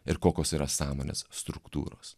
ir kokios yra sąmonės struktūros